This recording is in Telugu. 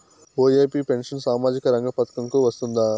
ఒ.ఎ.పి పెన్షన్ సామాజిక రంగ పథకం కు వస్తుందా?